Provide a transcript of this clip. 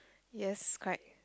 yes correct